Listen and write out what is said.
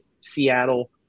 Seattle